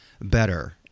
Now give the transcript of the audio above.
better